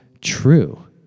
true